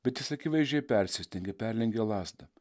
bet jis akivaizdžiai persistengė perlenkė lazdą